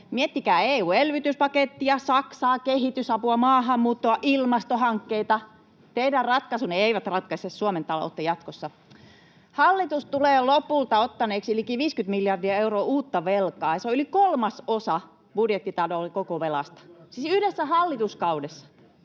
Miettikää EU-elvytyspakettia, Saksaa, kehitysapua, maahanmuuttoa, ilmastohankkeita. Teidän ratkaisunne eivät ratkaise Suomen taloutta jatkossa. Hallitus tulee lopulta ottaneeksi liki 50 miljardia euroa uutta velkaa. [Antti Lindtman: Perussuomalaiset